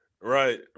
Right